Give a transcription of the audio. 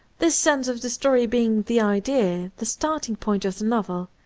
this sense of the story being the idea, the starting-point, of the novel,